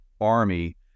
army